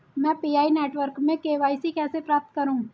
मैं PI network में KYC कैसे प्राप्त करूँ?